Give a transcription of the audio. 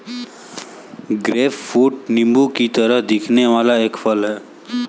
grapefruit नींबू की तरह दिखने वाला एक फल है